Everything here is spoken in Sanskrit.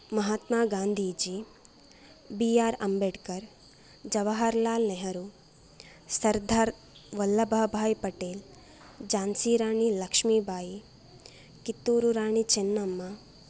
Mahatma Gandhiji B R Ambedkar Jawahar Lal Nehru Sardar Vallabhbhai Patel Jhansi Rani Lakshmibai Kittur Rani Chennamma